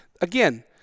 Again